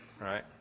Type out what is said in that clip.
right